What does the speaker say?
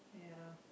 ya